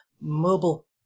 mobile